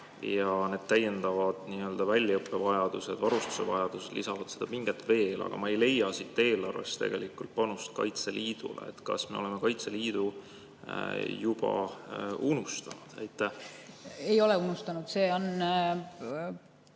ja pingeline. Täiendava väljaõppe vajadus ja varustuse vajadus lisavad seda pinget veel, aga ma ei leia siit eelarvest tegelikult panust Kaitseliidule. Kas me oleme Kaitseliidu juba unustanud? Ei ole unustanud.